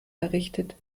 errichtet